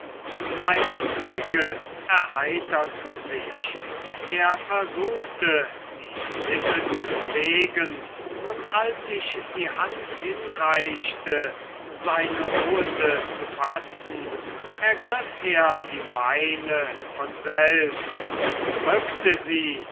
seine züge erheiterten sich er versuchte die lippen zu bewegen und als ich die hand hinreichte seine ruhende zu fassen ergriff er die meine von selbst drückte sie